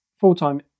full-time